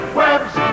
webs